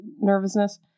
nervousness